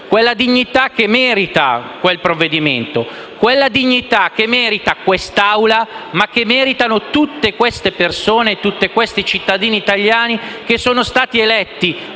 quella dignità che merita questo provvedimento, quella dignità che merita quest'Assemblea e che meritano tutte le persone e tutti questi cittadini italiani che sono stati eletti